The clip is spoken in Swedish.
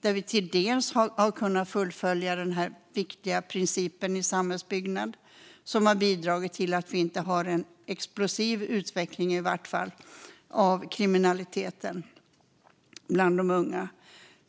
Där har vi till en del kunnat fullfölja denna viktiga princip i samhällsbyggnad, och det har bidragit till att vi i varje fall inte har en explosiv utveckling av kriminalitet bland unga.